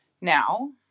Now